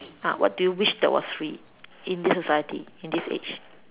ah what do you wish was free in this society in this age